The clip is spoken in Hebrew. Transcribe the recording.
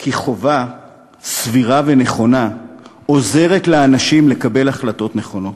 כי חובה סבירה ונכונה עוזרת לאנשים לקבל החלטות נכונות.